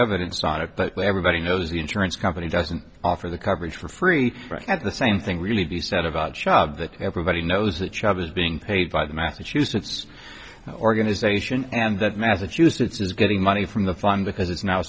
evidence on it but everybody knows the insurance company doesn't offer the coverage for free at the same thing really be said about shaab that everybody knows that child is being paid by the massachusetts organization and that massachusetts is getting money from the fund because it's now